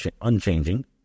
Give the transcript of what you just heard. unchanging